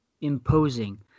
imposing